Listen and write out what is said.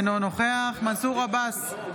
אינו נוכח מנסור עבאס,